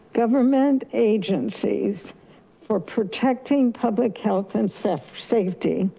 government agencies for protecting public health and safety.